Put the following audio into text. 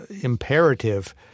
imperative